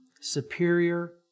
superior